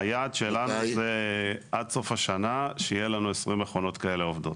היעד שלנו זה עד סוף השנה שיהיה לנו 20 מכונות כאלה עובדות.